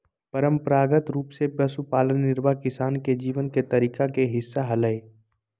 परंपरागत रूप से पशुपालन निर्वाह किसान के जीवन के तरीका के हिस्सा हलय